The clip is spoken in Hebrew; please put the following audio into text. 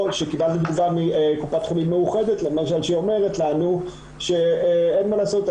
או שקיבלנו תגובה מקופת חולים מאוחדת למשל שאומרת לנו שאין מה לעשות,